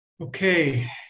Okay